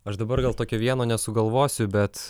aš dabar gal tokio vieno nesugalvosiu bet